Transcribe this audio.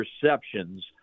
perceptions